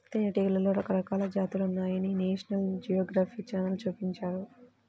తేనెటీగలలో రకరకాల జాతులున్నాయని నేషనల్ జియోగ్రఫీ ఛానల్ చూపించారు